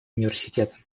университетом